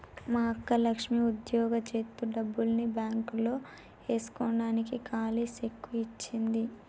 మా అక్క లక్ష్మి ఉద్యోగం జేత్తు డబ్బుల్ని బాంక్ లో ఏస్కోడానికి కాలీ సెక్కు ఇచ్చింది